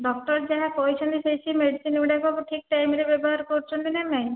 doctor ଯାହା କହିଛନ୍ତି ସେଇ ସେଇ ମେଡ଼ିସିନ ଗୁଡ଼ାକ ଠିକ୍ ଟାଇମରେ ବ୍ୟବହାର କରୁଛନ୍ତି ନା ନାଇଁ